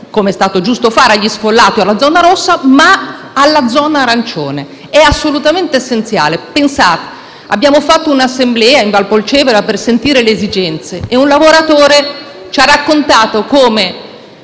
come è stato giusto fare, agli sfollati della zona rossa, ma anche alla zona arancione. È assolutamente essenziale. Pensate che abbiamo tenuto un’assemblea in Valpolcevera per sentire le varie esigenze e un lavoratore ci ha raccontato come